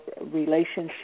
relationship